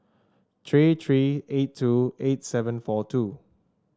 three three eight two eight seven four two